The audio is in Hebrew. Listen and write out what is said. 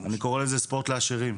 אני קורא לזה ספורט לעשירים.